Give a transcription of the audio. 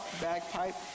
bagpipe